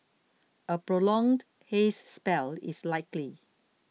a prolonged haze spell is likely